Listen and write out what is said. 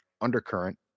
undercurrent